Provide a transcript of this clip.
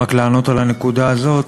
רק לענות על הנקודה הזאת,